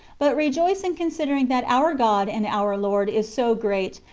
but rejoice in considering that our god and our lord is so great,